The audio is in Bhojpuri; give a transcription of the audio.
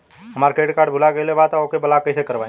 हमार क्रेडिट कार्ड भुला गएल बा त ओके ब्लॉक कइसे करवाई?